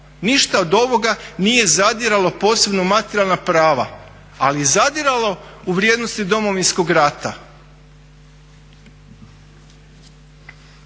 Ništa od ovoga nije zadiralo posebno u materijalna prava ali je zadirala u vrijednosti Domovinskog rata.